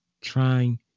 trying